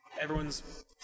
Everyone's